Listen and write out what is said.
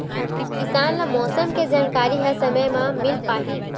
किसान ल मौसम के जानकारी ह समय म मिल पाही?